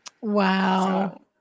Wow